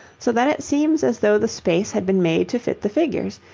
so that it seems as though the space had been made to fit the figures,